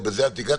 בזה אל תיגע,